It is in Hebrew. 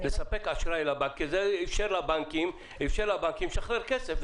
לספק אשראי לבנקים, זה אפשר לבנקים לשחרר כסף.